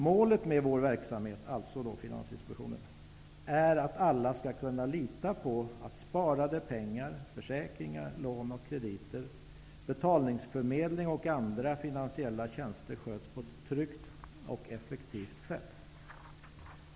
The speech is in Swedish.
Målet med vår verksamhet är att alla skall kunna lita på att sparade pengar, försäkringar, lån, krediter, betalningsuppdrag och andra finansiella tjänster sköts på ett tryggt och effektivt sätt.